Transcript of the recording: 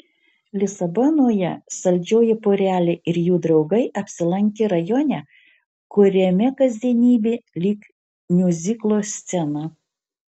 lisabonoje saldžioji porelė ir jų draugai apsilankė rajone kuriame kasdienybė lyg miuziklo scena